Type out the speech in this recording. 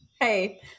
Hey